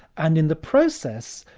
and in the process,